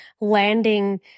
landing